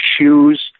shoes